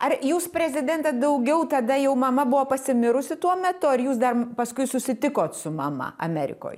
ar jūs prezidente daugiau tada jau mama buvo pasimirusi tuo metu ar jūs dar paskui susitikot su mama amerikoj